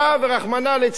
ורחמנא ליצלן,